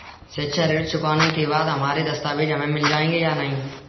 शिक्षा ऋण चुकाने के बाद हमारे दस्तावेज हमें मिल जाएंगे या नहीं?